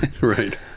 Right